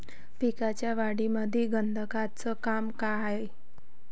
पिकाच्या वाढीमंदी गंधकाचं का काम हाये?